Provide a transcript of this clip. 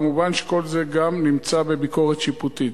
כמובן שכל זה גם נמצא בביקורת שיפוטית.